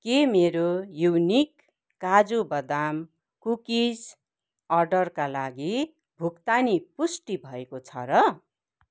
के मेरो युनिक काजु बदाम कुकिज अर्डरका लागि भुक्तानी पुष्टि भएको छ र